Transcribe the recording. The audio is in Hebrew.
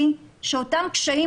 היום יום רביעי, ב' בתמוז התש"ף ,